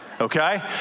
Okay